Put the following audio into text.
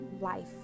life